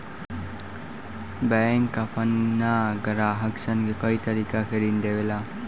bank आपना ग्राहक सन के कए तरीका के ऋण देवेला